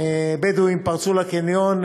בדואים פרצו לקניון,